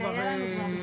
זה כבר היה לנו.